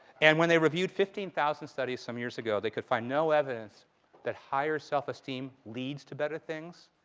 and when they reviewed fifteen thousand studies some years ago, they could find no evidence that higher self-esteem leads to better things.